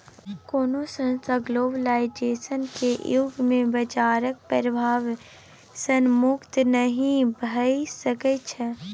कोनो संस्थान ग्लोबलाइजेशन केर युग मे बजारक प्रभाव सँ मुक्त नहि भऽ सकै छै